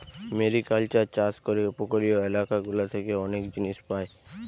mariculture চাষ করে উপকূলীয় এলাকা গুলা থেকে অনেক জিনিস পায়